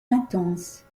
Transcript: intense